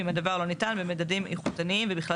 ואם הדבר לא ניתן במדדים איכותניים ובכלל